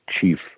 chief